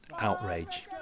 Outrage